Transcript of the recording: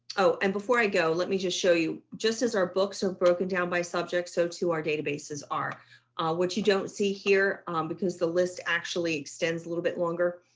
oh, and before i go, let me just show you just as our books are broken down by subject so to our databases are what you don't see here because the list actually extends a little bit longer.